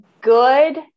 good